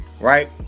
right